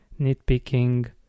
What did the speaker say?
nitpicking